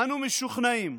"אנו משוכנעים,